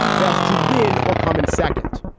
fails to win or come in second.